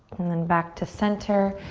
and then back to center.